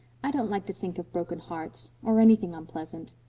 i don't like to think of broken hearts or anything unpleasant.